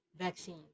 vaccine